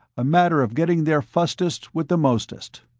a matter of getting there fustest with the mostest.